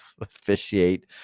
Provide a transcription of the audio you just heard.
officiate